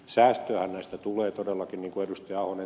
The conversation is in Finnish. säästöähän näistä tulee todellakin niin kuin ed